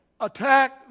Attack